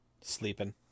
Sleeping